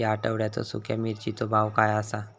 या आठवड्याचो सुख्या मिर्चीचो भाव काय आसा?